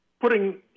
putting